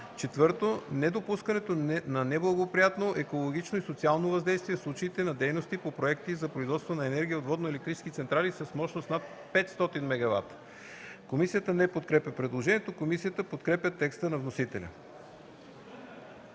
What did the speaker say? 2000 г.; 4. недопускането на неблагоприятно екологично и социално въздействие в случаите на дейности по проекти за производство на енергия от водноелектрически централи с мощност над 500 MW.” Комисията не подкрепя предложението. Комисията подкрепя текста на вносителя